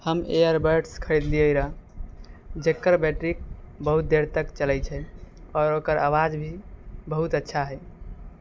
हम ईयरबड्स खरीदलियै रहा जकर बैटरी बहुत देर तक चलै छै और ओकर आवाज भी बहुत अच्छा है